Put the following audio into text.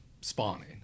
spawning